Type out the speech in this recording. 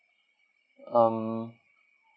um